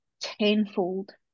tenfold